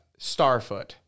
Starfoot